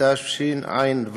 התשע"ו